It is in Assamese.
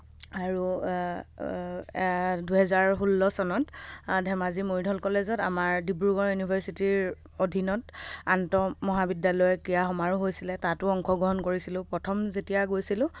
আৰু দুহেজাৰ ষোল্ল চনত ধেমাজি মৰিধল কলেজত আমাৰ ডিব্ৰুগড় ইউনিভাৰ্চিটিৰ অধীনত আন্তঃ মহাবিদ্যালয় ক্ৰীড়া সমাৰোহ হৈছিলে তাতো অংশগ্ৰহণ কৰিছিলোঁ প্ৰথম যেতিয়া গৈছিলোঁ